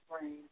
brain